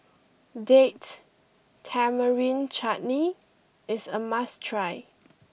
Date Tamarind Chutney is a must try